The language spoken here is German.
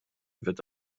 wird